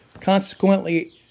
Consequently